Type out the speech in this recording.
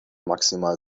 maximal